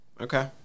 okay